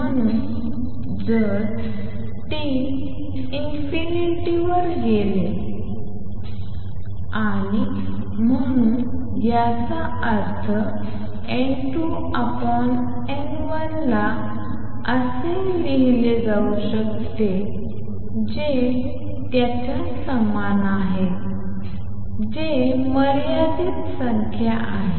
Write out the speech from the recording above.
म्हणून जर t ∞ वर गेले तर uT आणि म्हणून याचा अर्थ N2N1 ला B12uTB21uT असे लिहिले जाऊ शकते जे B12B21 च्या समान आहे जे मर्यादित संख्या आहे